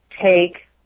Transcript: take